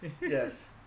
Yes